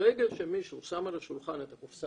ברגע שמישהו שם על השולחן את הקופסה